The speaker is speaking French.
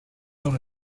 dans